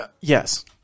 Yes